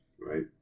Right